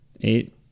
eight